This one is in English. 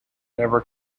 never